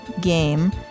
game